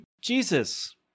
jesus